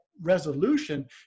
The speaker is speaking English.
resolution